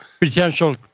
potential